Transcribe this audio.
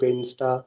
Insta